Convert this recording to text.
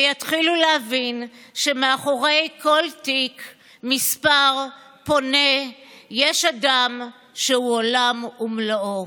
ויתחילו להבין שמאחורי כל תיק מספר פונה יש אדם שהוא עולם ומלואו.